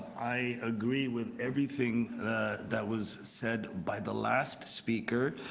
i agree with everything that was said by the last speaker.